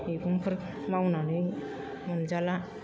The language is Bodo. मैगंफोर मावनानै मोनजाला